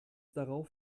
darauf